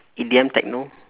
E_D_M techno